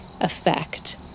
effect